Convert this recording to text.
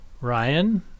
Ryan